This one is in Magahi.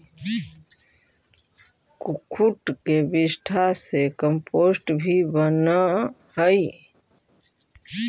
कुक्कुट के विष्ठा से कम्पोस्ट भी बनअ हई